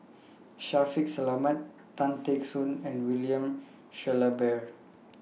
Shaffiq Selamat Tan Teck Soon and William Shellabear